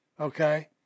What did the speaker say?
okay